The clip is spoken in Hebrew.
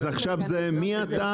אז עכשיו זה: מי אתה?